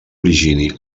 origine